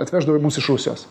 atveždavo į mus iš rusijos